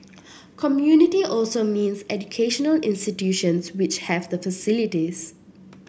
community also means educational institutions which have the facilities